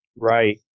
Right